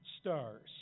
stars